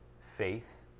Faith